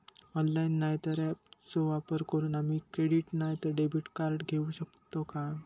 Online नाय तर ऍपचो वापर करून आम्ही क्रेडिट नाय तर डेबिट कार्ड घेऊ शकतो का?